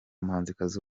muhanzikazi